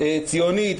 ציונית,